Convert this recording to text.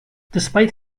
despite